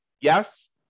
Yes